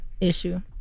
issue